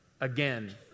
again